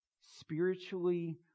Spiritually